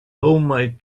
homemade